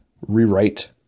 rewrite